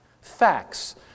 Facts